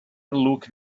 looked